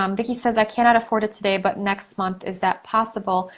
um vicki says, i can not afford it today, but next month. is that possible?